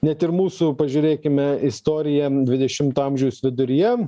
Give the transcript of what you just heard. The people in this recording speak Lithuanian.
net ir mūsų pažiūrėkime istoriją dvidešimto amžiaus viduryje